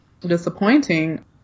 disappointing